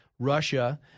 Russia